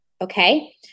okay